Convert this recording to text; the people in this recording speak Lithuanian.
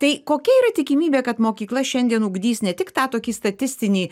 tai kokia yra tikimybė kad mokykla šiandien ugdys ne tik tą tokį statistinį